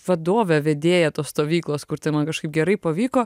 vadovė vedėja tos stovyklos kur tai man kažkaip gerai pavyko